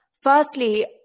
firstly